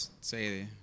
say